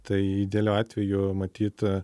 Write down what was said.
tai idealiu atveju matyt